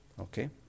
Okay